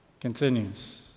continues